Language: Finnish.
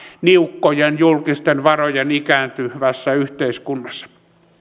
niukkojen julkisten varojen ikääntyvässä yhteiskunnassa